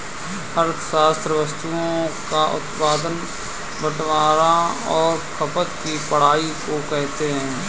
अर्थशास्त्र वस्तुओं का उत्पादन बटवारां और खपत की पढ़ाई को कहते हैं